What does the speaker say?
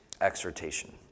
exhortation